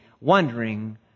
wondering